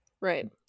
Right